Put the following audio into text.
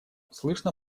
слышно